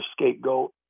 scapegoat